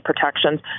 protections